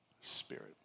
Spirit